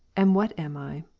and what am i?